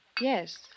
Yes